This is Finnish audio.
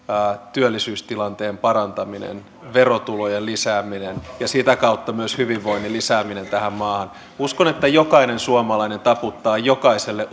työllisyystilanteen parantaminen verotulojen lisääminen ja sitä kautta myös hyvinvoinnin lisääminen tähän maahan uskon että jokainen suomalainen taputtaa jokaiselle